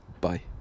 Bye